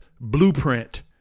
blueprint